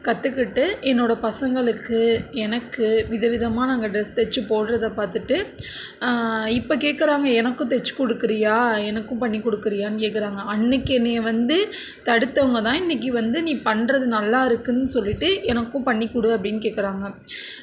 கற்றுக்கிட்டு என்னோட பசங்களுக்கு எனக்கு விதவிதமாக நாங்கள் ட்ரஸ் தைச்சு போட்றதை பார்த்துட்டு இப்போ கேட்குறாங்க எனக்கும் தைச்சு கொடுக்குறீயா எனக்கும் பண்ணி கொடுக்குறீயானு கேட்குறாங்க அன்றைக்கு என்னையை வந்து தடுத்தவங்க தான் இன்றைக்கு வந்து நீ பண்ணுறது நல்லா இருக்குன்னு சொல்லிவிட்டு எனக்கும் பண்ணி கொடு அப்படின்னு கேட்குறாங்க